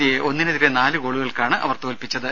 സിയെ ഒന്നിനെതിരെ നാല് ഗോളുകൾക്കാണ് അവർ തോൽപ്പിച്ചത്